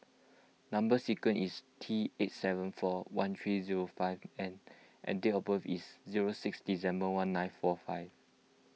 Number Sequence is T eight seven four one three zero five N and date of birth is zero six December one nine four five